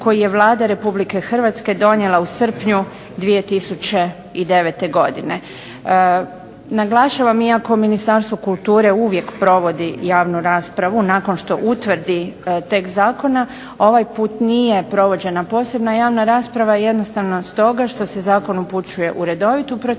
koji je Vlada Republike Hrvatske donijela u srpnju 2009. godine. Naglašavam iako Ministarstvo kulture uvijek provodi javnu raspravu nakon što utvrdi tekst zakona ovaj put nije provođena posebna javna rasprava jednostavno stoga što se zakon upućuje u redovitu proceduru,